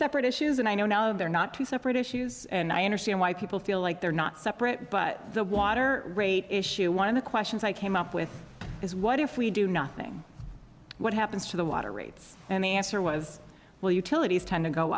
separate issues and i know now they're not two separate issues and i understand why people feel like they're not separate but the water rate issue one of the questions i came up with is what if we do nothing what happens to the water rates and the answer was well utilities tend to go